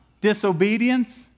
disobedience